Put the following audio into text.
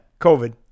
COVID